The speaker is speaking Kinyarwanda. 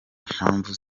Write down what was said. mpamvu